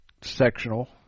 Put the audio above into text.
sectional